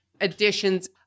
additions